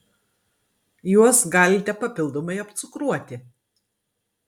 juos galite papildomai apcukruoti